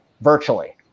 virtually